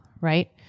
right